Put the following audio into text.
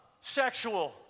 sexual